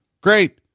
Great